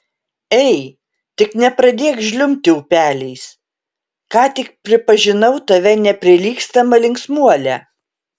ei tik nepradėk žliumbti upeliais ką tik pripažinau tave neprilygstama linksmuole